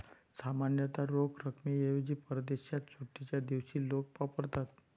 सामान्यतः रोख रकमेऐवजी परदेशात सुट्टीच्या दिवशी लोक वापरतात